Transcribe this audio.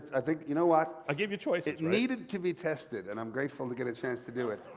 i think you know what? i gave you choices, right? it needed to be tested and i'm grateful to get a chance to do it.